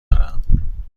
دارم